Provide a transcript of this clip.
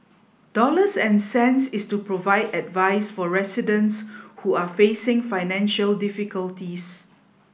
dollars and cents is to provide advice for residents who are facing financial difficulties